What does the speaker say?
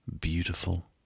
beautiful